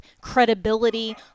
credibility